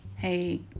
Hey